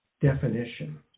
definition